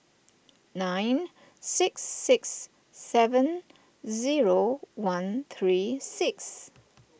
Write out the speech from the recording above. nine six six seven zero one three six